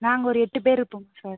நாங்கள் ஒரு எட்டு பேரு இருப்போங்க சார்